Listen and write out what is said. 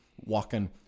walking